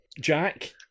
Jack